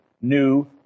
new